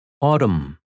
Autumn